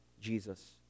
Jesus